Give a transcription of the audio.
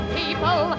people